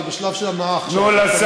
אני בשלב של הנאה עכשיו.